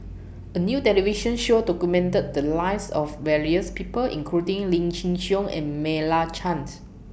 A New television Show documented The Lives of various People including Lim Chin Siong and Meira Chands